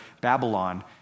Babylon